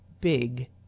big